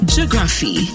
Geography